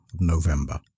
November